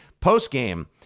post-game